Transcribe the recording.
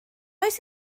oes